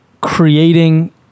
creating